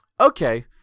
okay